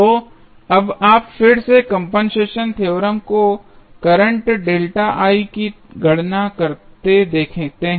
तो अब आप फिर से कंपनसेशन थ्योरम को करंटकी गणना करते देखते हैं